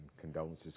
condolences